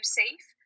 safe